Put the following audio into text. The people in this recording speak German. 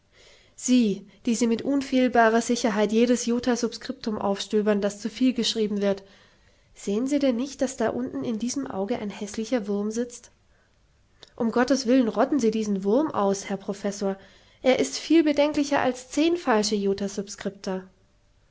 sie mit unfehlbarer sicherheit jedes jota subscriptum aufstöbern das zuviel geschrieben wird sehen sie denn nicht daß da unten in diesem auge ein häßlicher wurm sitzt umgotteswillen rotten sie diesen wurm aus herr professor er ist viel bedenklicher als zehn falsche jota